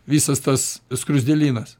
visas tas skruzdėlynas